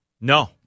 No